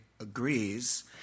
agrees